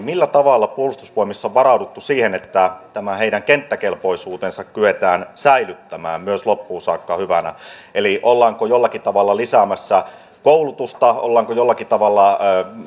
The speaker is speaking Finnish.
millä tavalla puolustusvoimissa on varauduttu siihen että heidän kenttäkelpoisuutensa kyetään säilyttämään myös loppuun saakka hyvänä ollaanko jollakin tavalla lisäämässä koulutusta ollaanko jollakin tavalla